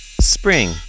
spring